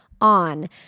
on